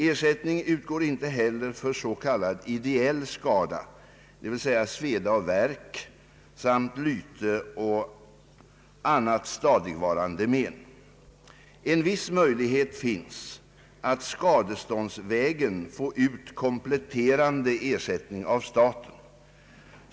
Ersättning utgår inte heller för s.k. ideell skada, d.v.s. sveda och värk samt lyte och annat stadigvarande men. En viss möjlighet finns att skadeståndsvägen få ut kompletterande ersättning av staten.